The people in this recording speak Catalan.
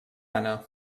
anna